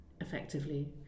effectively